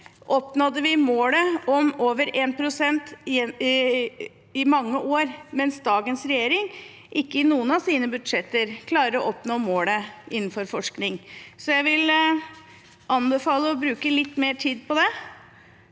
oppnådde vi målet om over 1 pst. i mange år, mens dagens regjering ikke i noen av sine budsjetter klarer å oppnå målet innenfor forskning. Jeg vil anbefale å bruke litt mer tid på det